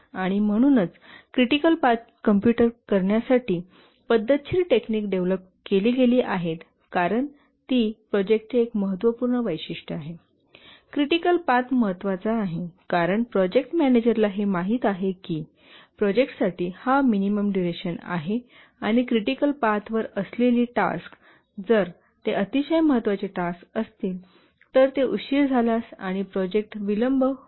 आणि म्हणूनच क्रिटिकल पाथची कॉम्पूट करण्यासाठी पद्धतशीर टेक्निक डेव्हलप केली गेली आहेत कारण ती प्रोजेक्टची एक महत्त्वपूर्ण वैशिष्ट्य आहे क्रिटिकल पाथ महत्त्वाचा आहे कारण प्रोजेक्ट मॅनेजरला हे माहित आहे की प्रोजेक्टसाठी हा मिनिमम डुरेशन आहे आणि क्रिटिकल पाथ वर असलेली टास्क जर ते अतिशय महत्त्वाची टास्क असतील तर ते उशीर झाल्यास आणि प्रोजेक्ट विलंब होईल